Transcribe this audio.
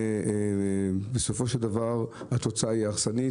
ובסופו של דבר התוצאה הרסנית.